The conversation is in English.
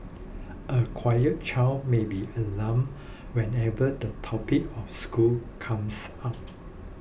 a quiet child may be alarmed whenever the topic of school comes up